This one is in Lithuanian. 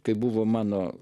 kai buvo mano